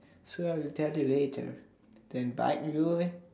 so I will tell you later then bite you